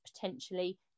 potentially